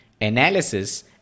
analysis